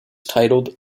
titled